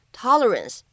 tolerance